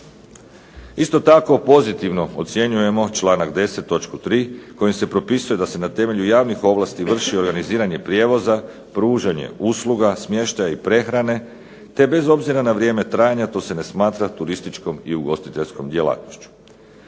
Isto tako pozitivno ocjenjujemo članak 10. točku 3. kojom se propisuje da se na temelju javnih ovlasti vrši organiziranje prijevoza, pružanje usluga, smještaja i prehrane te bez obzira na vrijeme trajanja to se ne smatra turističkom i ugostiteljskom djelatnošću.